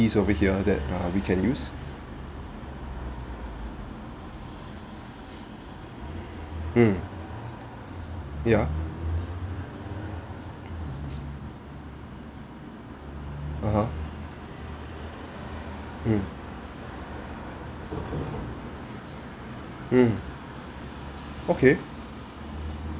~es over here that uh we can use mm ya (uh huh) mm mm okay